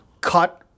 cut